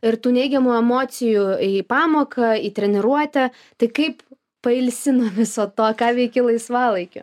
ir tų neigiamų emocijų į pamoką į treniruotę tai kaip pailsi nuo viso to ką veiki laisvalaikiu